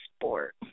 sport